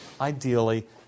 ideally